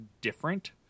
different